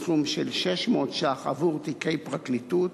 סכום של 600 שקלים עבור תיקי פרקליטות,